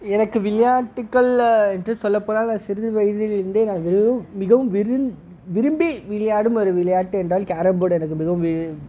எனக்கு விளையாட்டுக்கள் என்று சொல்லப் போனால் நான் சிறிது வயதில் இருந்தே நான் மிகவும் மிகவும் விரும் விரும்பி விளையாடும் ஒரு விளையாட்டு என்றால் கேரம் போர்டு எனக்கு மிகவும் வி